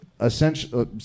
Essentially